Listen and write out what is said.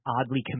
oddly